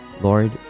Lord